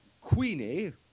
Queenie